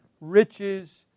riches